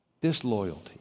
Disloyalty